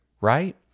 right